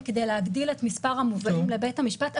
כדי להגדיל את מספר המובאים לבית המשפט,